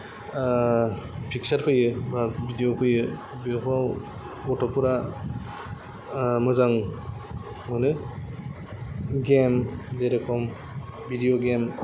picture फैयो बा video फैयो बेफोराव गथ'फोरा मोजां मोनो गेम जेरखम भिदिय' गेम